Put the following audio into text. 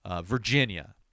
Virginia